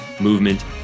movement